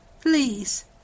please